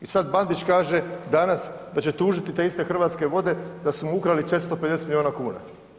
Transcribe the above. I sad Bandić kaže danas da će tužiti te iste Hrvatske vode da su mu ukrali 450 milijuna kuna.